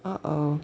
uh oh